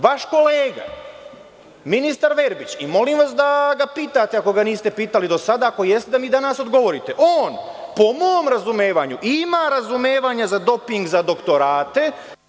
Vaš kolega ministar Verbić, i molim vas da ga pitate ako ga niste pitali do sada, a ako jeste da mi danas odgovorite, on po mom razumevanju ima razumevanja za doping za doktorate…